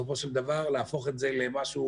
ברשותך, תתייחס לנקודות האחרות.